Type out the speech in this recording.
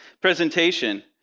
presentation